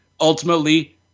ultimately